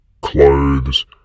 clothes